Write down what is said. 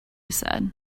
said